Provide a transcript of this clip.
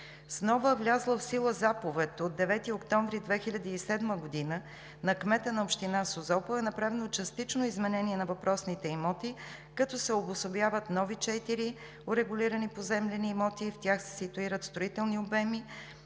С нова, влязла в сила Заповед от 9 октомври 2007 г. на кмета на община Созопол, е направено частично изменение на въпросните имоти, като се обособяват нови четири урегулирани поземлени имота и в тях се ситуират строителни обеми